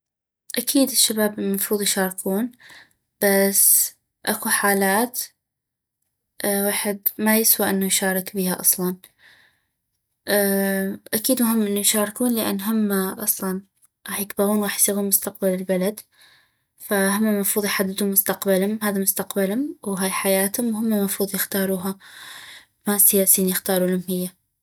اكيد الشباب مفروض يشاركون بس اكو حالات ويحد ما يسوى انو يشارك بيها اصلا اكيد مهم انو يشاركون لان هما اصلا غاح يكبغون غاح يصيغون مستقبل البلد فهما المفروض يحددون مستقبلم هذا مستقبلم وهاي حياتم وهما مفروض يختاروها ما سياسيين يختارولم هيا